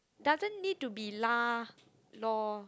doesn't need to be lah lor